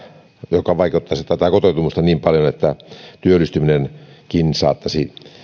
joka vaikeuttaisi kotoutumista niin paljon että työllistyminenkin saattaisi